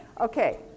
okay